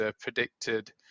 predicted